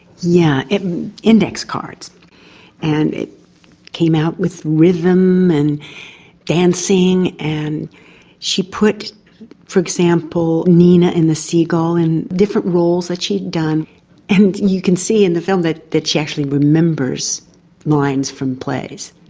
yeah, index cards and it came out with rhythm and dancing and she put for example nina in the seagull and different roles that she had done and you can see in the film that that she actually remembers lines from plays.